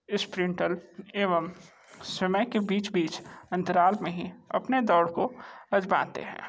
इसप्रिन्टल एवं समय के बीच बीच अंतराल में ही अपने दौड़ को आज़माते हैं